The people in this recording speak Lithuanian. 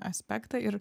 aspektą ir